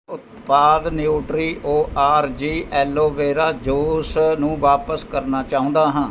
ਉਤਪਾਦ Nutriorg aloe vera juice ਨੂੰ ਵਾਪਸ ਕਰਨਾ ਚਾਹੁੰਦਾ ਹਾਂ